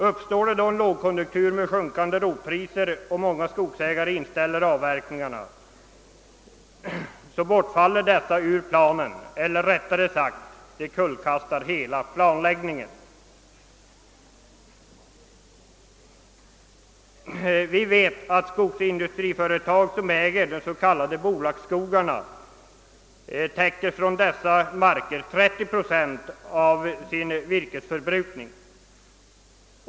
Uppstår det en lågkonjuktur med sjunkande rotpriser, varvid skogsägare inställer avverkningarna, bortfaller dessa skogsägare i planeringen eller rättare sagt kullkastas hela planlägningen. Vi vet att skogsindustriföretag som äger de s.k. bolagsskogarna från sina marker täcker 30 procent av sin virkesförbrukning.